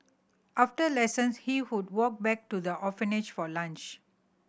after lessons he would walk back to the orphanage for lunch